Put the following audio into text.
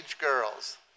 girls